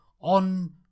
on